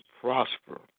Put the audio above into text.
prosper